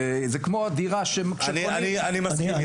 זה כמו הדירה שכשקונים -- אני מסכים איתך,